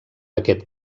aquest